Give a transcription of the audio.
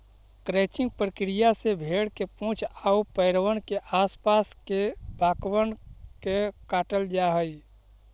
crutching प्रक्रिया से भेंड़ के पूछ आउ पैरबन के आस पास के बाकबन के काटल जा हई